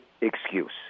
excuse